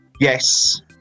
Yes